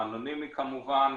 האנונימי כמובן,